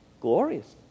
glorious